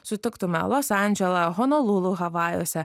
sutiktume los andželą honolulu havajuose